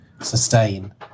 sustain